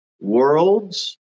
Worlds